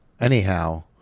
Anyhow